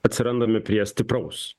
atsirandame prie stipraus